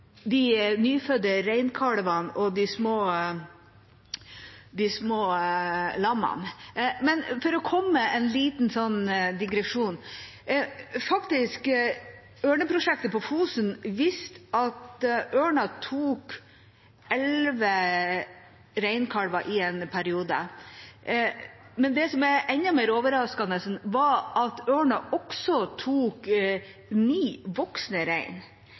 de nyfødte reinkalvene og på de små lammene. For å komme med en liten digresjon: Ørneprosjektet – det på Fosen? – viste at ørnen tok elleve reinkalver i en periode. Men det som var enda mer overraskende, var at ørnen også tok ni voksne